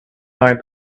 night